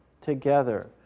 together